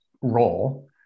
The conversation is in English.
role